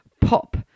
pop